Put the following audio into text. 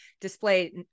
display